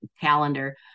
calendar